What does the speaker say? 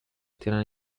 tienen